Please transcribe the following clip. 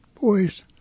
boys